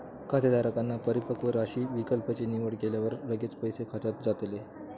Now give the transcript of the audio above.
खातेधारकांन परिपक्व राशी विकल्प ची निवड केल्यावर लगेच पैसे खात्यात जातले